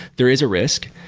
there is a risk.